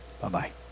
Bye-bye